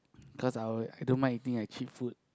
cause I will I don't mind eating like cheap food